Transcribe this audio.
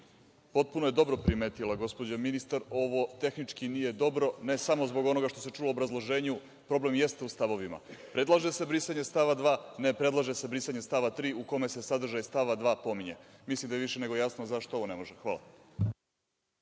Potpuno je dobro primetila gospođa ministar. Ovo tehnički nije dobro, ne samo zbog onoga što se čulo u obrazloženju. Problem jeste u stavovima. Predlaže se brisanje stava 2, a ne predlaže se brisanje stava 3. u kome se sadržaj stava 2. pominje. Mislim da je više nego jasno zašto ovo ne može. Hvala.